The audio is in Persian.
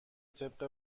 طبق